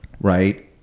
right